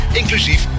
inclusief